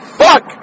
fuck